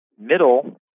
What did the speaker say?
middle